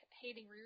Hating